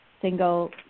single